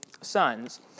sons